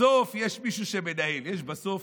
בסוף יש מישהו שמנהל, יש בסוף